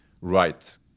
right